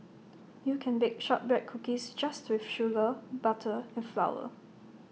you can bake Shortbread Cookies just with sugar butter and flour